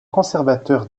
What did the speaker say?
conservateur